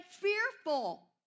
fearful